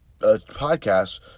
podcast